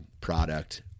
product